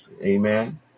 Amen